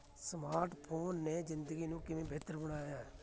smartphone ਨੇ ਜ਼ਿੰਦਗੀ ਨੂੰ ਕਿਵੇਂ ਬਿਹਤਰ ਬਣਾਇਆ ਹੈ